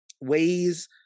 ways